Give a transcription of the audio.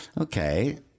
okay